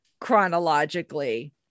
chronologically